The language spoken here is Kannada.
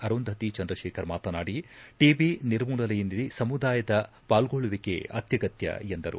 ಅರುಂಧತಿ ಚಂದ್ರಶೇಖರ್ ಮಾತನಾಡಿ ಟಬಿ ನಿರ್ಮೂಲನೆಯಲ್ಲಿ ಸಮುದಾಯದ ಪಾಲ್ಗೊಳ್ಳುವಿಕೆ ಅತ್ಯಗತ್ಯ ಎಂದರು